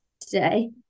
today